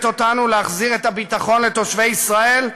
אותנו להחזיר את הביטחון לתושבי ישראל,